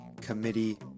committee